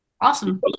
Awesome